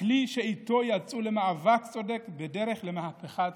הכלי שאיתו יצאו למאבק צודק בדרך למהפכה צודקת.